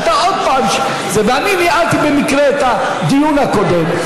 הייתה עוד פעם, ואני ניהלתי במקרה את הדיון הקודם.